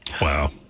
Wow